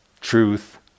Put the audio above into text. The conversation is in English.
truth